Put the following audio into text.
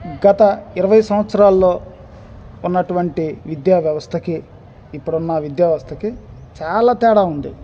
గత ఇరవై సంవత్సరాల్లో ఉన్నటువంటి విద్యా వ్యవస్థకి ఇప్పుడున్న విద్యా వ్యవస్థకి చాలా తేడా ఉంది